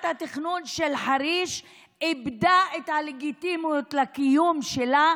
ההתיישבות הצעירה יכולה לצאת, לשרת בצבא,